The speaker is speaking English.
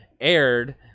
aired